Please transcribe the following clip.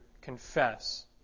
confess